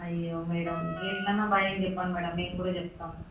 అయ్యో మ్యాడమ్ ఎట్ల అన్న భయం చెప్పండి మ్యాడమ్ మేము కూడా చెప్తాము